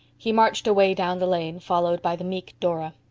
he marched away down the lane, followed by the meek dora.